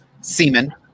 semen